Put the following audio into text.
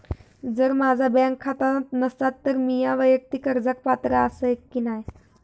जर माझा बँक खाता नसात तर मीया वैयक्तिक कर्जाक पात्र आसय की नाय?